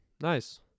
Nice